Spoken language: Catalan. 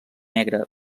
negre